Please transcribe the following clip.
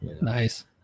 Nice